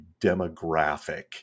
demographic